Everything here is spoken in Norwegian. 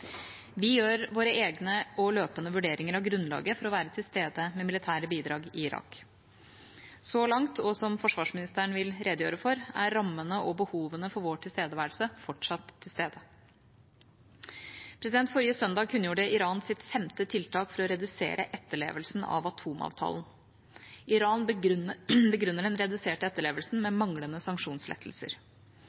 Vi gjør våre egne og løpende vurderinger av grunnlaget for å være til stede med militære bidrag i Irak. Så langt, og som forsvarsministeren vil redegjøre for, er rammene og behovene for vår tilstedeværelse fortsatt til stede. Forrige søndag kunngjorde Iran sitt femte tiltak for å redusere etterlevelsen av atomavtalen. Iran begrunner den reduserte etterlevelsen med manglende sanksjonslettelser.